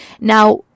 Now